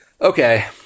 Okay